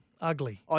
ugly